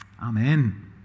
Amen